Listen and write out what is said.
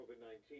COVID-19